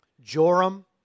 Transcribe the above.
Joram